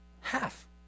Half